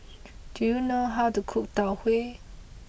do you know how to cook Tau Huay